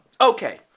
Okay